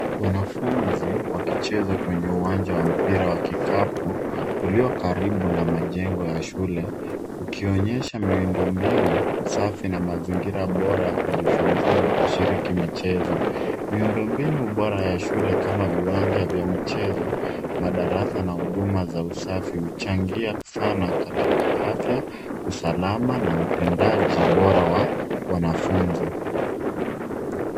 Wanafunzi wakicheza kwenye uwanja wa mpira wa kikapu uliyo karibu na majengo ya shule ukionyesha miundombinu safi na mazingira bora ya kujifunzia na kushiriki michezo. Miundo mbinu bora ya shule kama viwanja vya michezo, madarasa na huduma za usafi huchangia sana katika afya, usalama na utendaji bora wa wanafunzi.